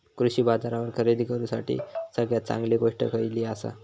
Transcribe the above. कृषी बाजारावर खरेदी करूसाठी सगळ्यात चांगली गोष्ट खैयली आसा?